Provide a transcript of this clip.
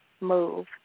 move